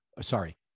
sorry